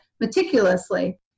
meticulously